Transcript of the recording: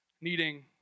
needing